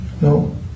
No